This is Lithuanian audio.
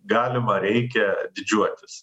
galima reikia didžiuotis